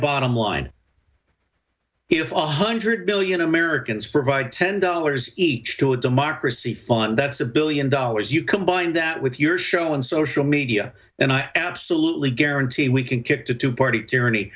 bottom line if one hundred million americans provide ten dollars each to a democracy fund that's a billion dollars you combine that with your show and social media and i absolutely guarantee we can kick the two part